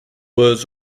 words